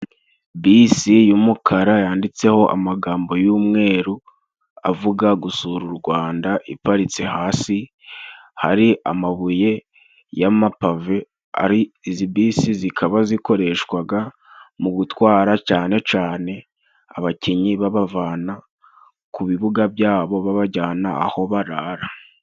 Bisi y'umukara yanditseho amagambo y'umweru avuga gusura u Rwanda iparitse hasi hari amabuye y'amapave ari, izi bisi zikaba zikoreshwaga mu gutwara cane cane abakinnyi babavana ku bibuga byabo babajyana aho barara.